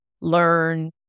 learn